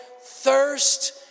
thirst